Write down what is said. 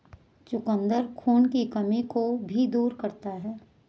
चुकंदर खून की कमी को भी दूर करता है